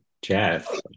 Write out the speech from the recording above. Jeff